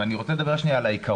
אני רוצה לדבר על העיקרון.